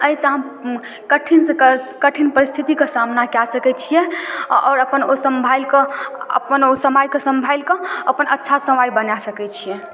एहिसँ कठिनसँ कठिन परिस्थितिके सामना कऽ सकै छिए आओर अपन ओ सम्हारिकऽ अपन ओ समयके सम्हारिकऽ अपन अच्छा समय बना सकै छिए